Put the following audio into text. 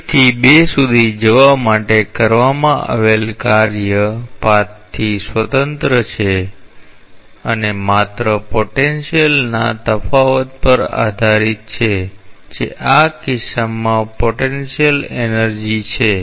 1 થી 2 સુધી જવા માટે કરવામાં આવેલ કાર્ય પાથથી સ્વતંત્ર છે અને માત્ર પોટેન્શિયલ ના તફાવત પર આધારિત છે જે આ કિસ્સામાં પોટેન્શિયલ ઊર્જા છે